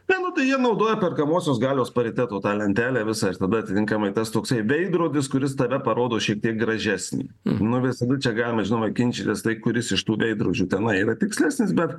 nu tai jie naudoja perkamosios galios pariteto tą lentelę visą ir tada atitinkamai tas toksai veidrodis kuris tave parodo šiek tiek gražesnį nu visada čia galima žinoma ginčytis tai kuris iš tų veidrodžių tenai yra tikslesnis bet